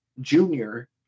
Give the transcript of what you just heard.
Junior